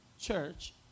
church